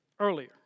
earlier